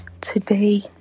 today